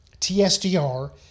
TSDR